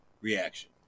reaction